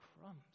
crumbs